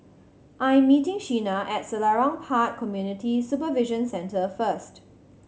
I'm meeting Sheena at Selarang Park Community Supervision Centre first